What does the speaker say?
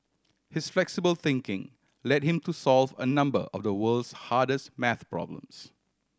his flexible thinking led him to solve a number of the world's hardest maths problems